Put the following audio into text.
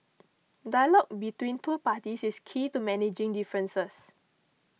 dialogue between two parties is key to managing differences